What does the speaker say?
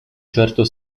certo